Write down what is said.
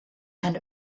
and